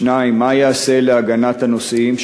2. מה ייעשה להגנת הנוסעים?